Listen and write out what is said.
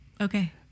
Okay